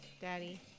Daddy